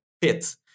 pit